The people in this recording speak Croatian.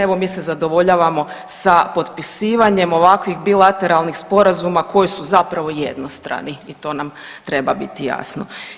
Evo, mi se zadovoljavamo sa potpisivanjem ovakvih bilateralnih sporazuma koji su zapravo jednostrani i to nam treba biti jasno.